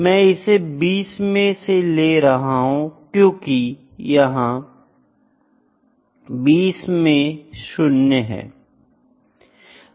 मैं इसे 20 में से ले रहा हूं क्योंकि यह 20 में शून्य है